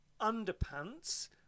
underpants